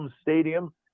Stadium